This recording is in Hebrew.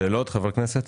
שאלות, חברי הכנסת.